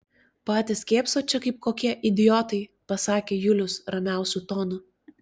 patys kėpsot čia kaip kokie idiotai pasakė julius ramiausiu tonu